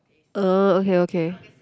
oh okay okay